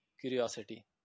curiosity